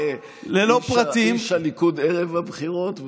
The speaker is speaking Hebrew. כאיש הליכוד ערב הבחירות,